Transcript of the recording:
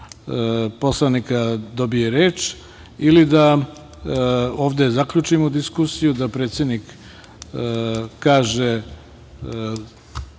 moći da dobije reč, ili da ovde zaključimo diskusiju, da predsednik kaže